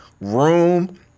room